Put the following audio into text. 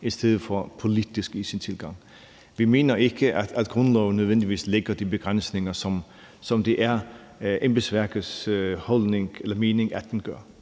i stedet for politisk i sin tilgang. Vi mener ikke, at grundloven nødvendigvis lægger de begrænsninger, som det er embedsværkets holdning at den gør.